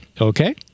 okay